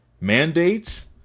mandates